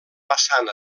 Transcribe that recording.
passant